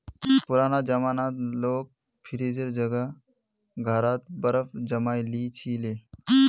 पुराना जमानात लोग फ्रिजेर जगह घड़ा त बर्फ जमइ ली छि ले